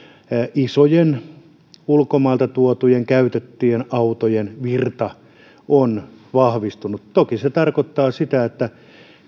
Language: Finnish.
isojen ulkomailta tuotujen käytettyjen autojen virta on vahvistunut toki se se tarkoittaa sitä että